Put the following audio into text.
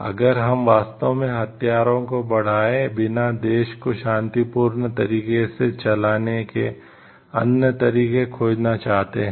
अगर हम वास्तव में हथियारों को बढ़ाए बिना देश को शांतिपूर्ण तरीके से चलाने के अन्य तरीके खोजना चाहते हैं